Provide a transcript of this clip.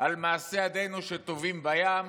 על מעשי ידינו שטובעים בים,